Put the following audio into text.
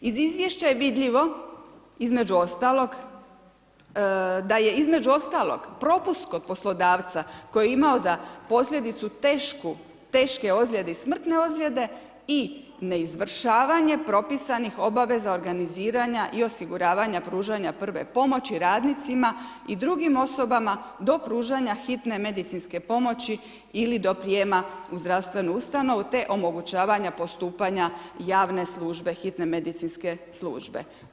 Iz izvješća je vidljivo između ostalog da je između ostalog propust kod poslodavca koji je imao za posljedicu teške ozljede i smrtne ozljede i neizvršavanje propisanih obaveza organiziranja i osiguravanja pružanja prve pomoći radnicima i drugim osobama do pružanja hitne medicinske pomoći ili do prijema u zdravstvenu ustanovu te omogućavanja postupanja javne službe, hitne medicinske službe.